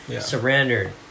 surrendered